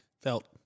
felt